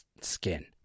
skin